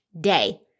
Day